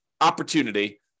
opportunity